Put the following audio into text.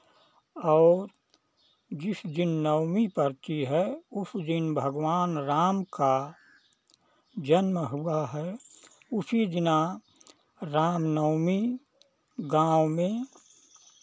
और जिस दिन नवमी पड़ती है उस दिन भगवान राम का जन्म हुआ है उसी दिना रामनवमी गाँव में